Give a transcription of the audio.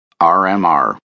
RMR